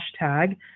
hashtag